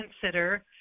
consider